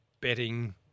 betting